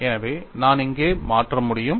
எனவே நான் இங்கே மாற்ற முடியும்